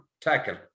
tackle